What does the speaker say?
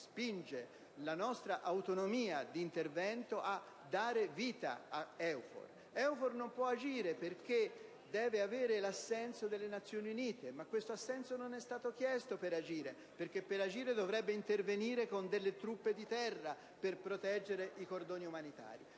spinga la nostra autonomia di intervento a dare vita a EUFOR, che non può agire perché deve avere l'assenso delle Nazioni Unite, che però non è stato chiesto perché per agire dovrebbe intervenire con truppe di terra per proteggere i corridoi umanitari.